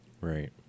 right